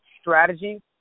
strategy